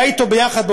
היה אתו ביחד,